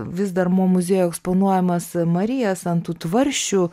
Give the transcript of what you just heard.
vis dar mo muziejuje eksponuojamas marijas ant tų tvarsčių